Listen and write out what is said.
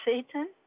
Satan